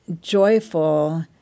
joyful